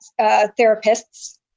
therapists